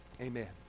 Amen